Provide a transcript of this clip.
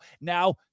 Now